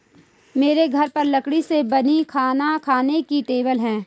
मेरे घर पर लकड़ी से बनी खाना खाने की टेबल है